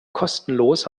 kostenlos